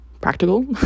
practical